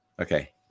Okay